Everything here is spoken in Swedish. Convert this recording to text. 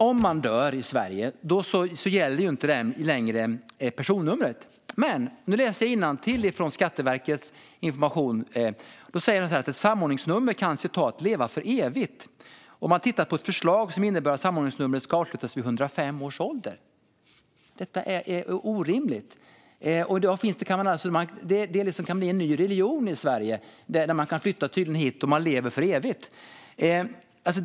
Om man dör i Sverige gäller inte längre personnumret. Men nu ska jag läsa innantill i Skatteverkets information. Där står det att ett samordningsnummer kan "'leva' för evigt". Man tittar på ett förslag som innebär att samordningsnumret ska avslutas vid 105 års ålder. Detta är orimligt. Det kan bli en ny religion i Sverige. Man kan tydligen flytta hit och leva för evigt.